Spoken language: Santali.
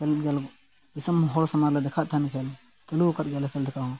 ᱠᱷᱮᱞᱮᱫ ᱜᱮᱭᱟᱞᱮ ᱫᱤᱥᱚᱢ ᱦᱚᱲ ᱥᱟᱢᱟᱝ ᱨᱮ ᱫᱮᱠᱷᱟᱣᱮᱫ ᱛᱟᱦᱮᱸᱫ ᱠᱷᱮᱞ ᱪᱟᱹᱞᱩᱣᱠᱟᱫ ᱜᱮᱭᱟᱞᱮ ᱠᱷᱮᱞ ᱫᱮᱠᱷᱟᱣ ᱦᱚᱸ